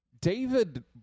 David